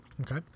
Okay